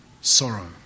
sorrow